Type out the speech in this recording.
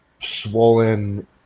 swollen